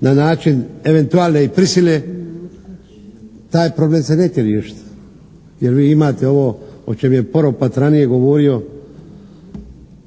na način eventualne i prisile taj problem se neće riješiti. Jer vi imate ovo o čem je Poropat ranije govorio.